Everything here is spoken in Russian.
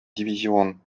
дивизион